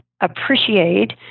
appreciate